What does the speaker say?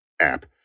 app